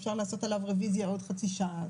אפשר לעשות עליו רוויזיה עוד חצי שעה.